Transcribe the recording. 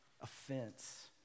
offense